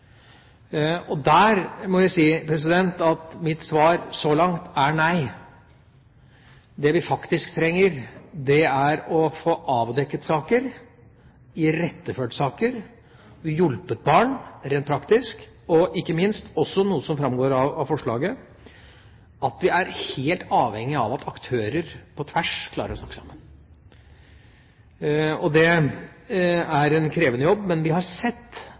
Der må jeg si at mitt svar så langt er nei. Det vi faktisk trenger, er å få avdekket saker, få iretteført saker, og få hjulpet barna rent praktisk. Ikke minst, som det framgår av forslaget, er vi helt avhengige av at aktører klarer å snakke sammen på tvers. Det er en krevende jobb, men vi har sett